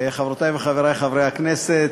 חברותי וחברי חברי הכנסת,